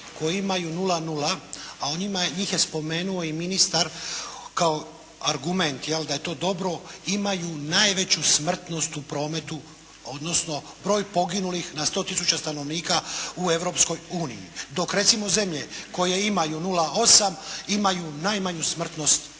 koje imaju 0,0, a njih je spomenuo i ministar kao argument je li, da je to dobro, imaju najveću smrtnost u prometu, odnosno broj poginulih na 100 tisuća stanovnika u Europskoj uniji. Dok recimo zemlje koje imaju 0,8 imaju najmanju smrtnost